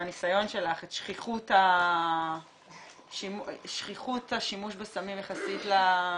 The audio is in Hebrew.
מהניסיון שלך את שכיחות השימוש בסמים יחסית ל,